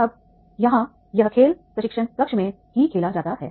अब यहाँ यह खेल प्रशिक्षण कक्ष में ही खेला जाता है